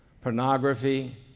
pornography